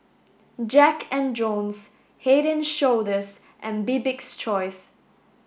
Jack and Jones Head and Shoulders and Bibik's choice